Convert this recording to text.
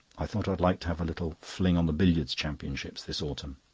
i thought i'd like to have a little fling on the billiards championship this autumn.